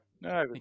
No